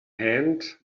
hand